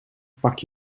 pak